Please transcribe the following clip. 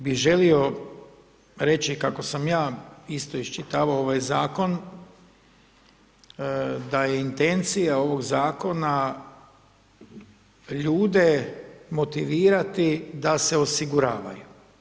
Ono što bi želio reći kako sam ja isto iščitavao ovaj zakon, da je intencija ovog zakona ljude motivirati da se osiguravaju.